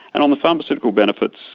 and on the pharmaceutical benefits,